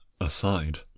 aside